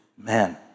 Man